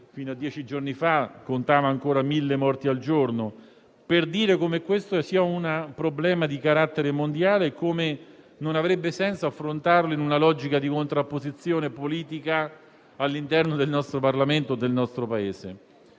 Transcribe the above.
fino a dieci giorni fa si contavano ancora 1.000 morti al giorno, per dire come questo sia un problema di carattere mondiale e che non avrebbe senso affrontarlo in una logica di contrapposizione politica all'interno del nostro Parlamento e Paese.